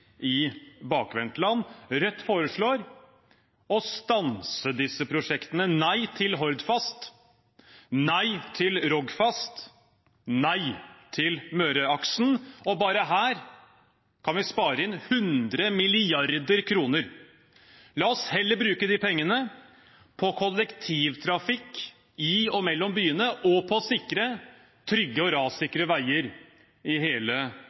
i bakvendtland. Rødt foreslår å stanse disse prosjektene: Nei til Hordfast. Nei til Rogfast. Nei til Møreaksen. Bare her kan vi spare inn 100 mrd. kr. La oss heller bruke de pengene på kollektivtrafikk i og mellom byene og på å sikre trygge og rassikre veier i hele